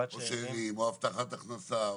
או שאירים או הבטחת הכנסה.